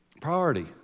Priority